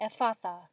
Ephatha